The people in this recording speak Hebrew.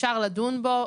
אפשר לדון בו.